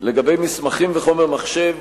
לגבי מסמכים וחומר מחשב,